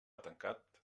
tancat